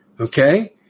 Okay